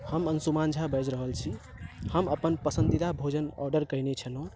हम अंशुमान झा बाजि रहल छी हम अपन पसन्दीदा भोजन आर्डर कयने छलहुॅं